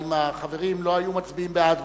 אם החברים לא היו מצביעים בעד,